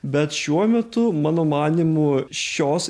bet šiuo metu mano manymu šios